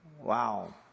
Wow